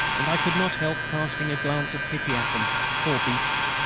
and i could not help casting a glance of pity at them. poor beasts!